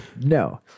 No